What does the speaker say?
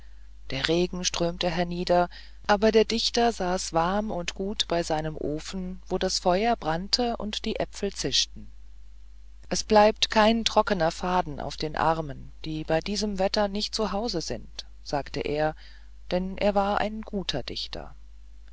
der regen strömte hernieder aber der dichter saß warm und gut bei seinem ofen wo das feuer brannte und die äpfel zischten es bleibt kein trockener faden auf den armen die bei diesem wetter nicht zu hause sind sagte er denn er war ein guter dichter